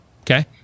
Okay